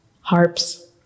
harps